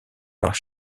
par